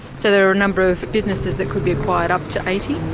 so there are a number of businesses that could be acquired up to eighty?